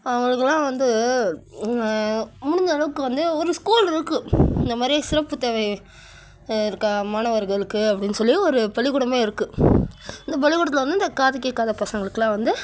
அவங்களுக்குலாம் வந்து முடிஞ்ச அளவுக்கு வந்து ஒரு ஸ்கூல் இருக்கு இந்த மாதிரி சிறப்பு தேவை இருக்க மாணவர்களுக்கு அப்படின்னு சொல்லி ஒரு பள்ளிக்கூடமே இருக்கு அந்த பள்ளிக்கூடத்தில் வந்து இந்த காது கேக்காத பசங்களுக்குல்லாம் வந்து